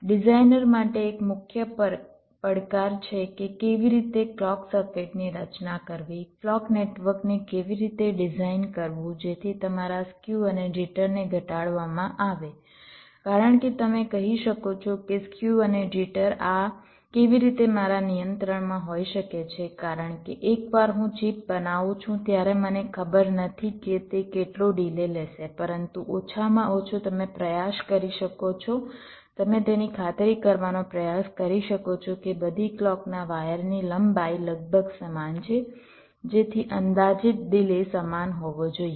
designer માટે એક મુખ્ય પડકાર છે કે કેવી રીતે ક્લૉક સર્કિટની રચના કરવી ક્લૉક નેટવર્કને કેવી રીતે ડિઝાઇન કરવું જેથી તમારા સ્ક્યુ અને જિટરને ઘટાડવામાં આવે કારણ કે તમે કહી શકો છો કે સ્ક્યુ અને જિટર આ કેવી રીતે મારા નિયંત્રણમાં હોઈ શકે છે કારણ કે એકવાર હું ચિપ બનાવું છું ત્યારે મને ખબર નથી કે તે કેટલો ડિલે લેશે પરંતુ ઓછામાં ઓછું તમે પ્રયાસ કરી શકો છો તમે તેની ખાતરી કરવાનો પ્રયાસ કરી શકો છો કે બધી ક્લૉકના વાયરની લંબાઈ લગભગ સમાન છે જેથી અંદાજિત ડિલે સમાન હોવો જોઈએ